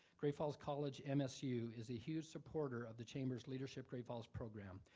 great falls college msu is a huge supporter of the chamber's leadership great falls program.